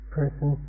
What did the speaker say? person